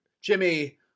Jimmy